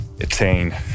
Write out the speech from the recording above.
attain